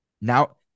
now